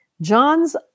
John's